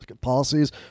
policies